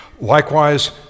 Likewise